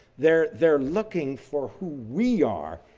they're they're looking for who we are.